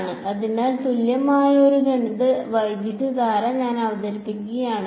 അതിനാൽ തുല്യമായ ഒരു ഗണിത വൈദ്യുതധാര ഞാൻ അവതരിപ്പിക്കുകയാണെങ്കിൽ